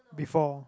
before